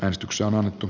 äänestyksiä on annettu